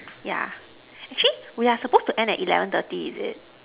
yeah actually we are suppose to end at eleven thirty is it